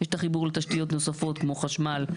יש את החיבור לתשתיות נוספות כמו חשמל,